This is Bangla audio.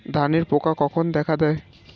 ধানের পোকা কখন দেখা দেয়?